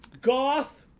Goth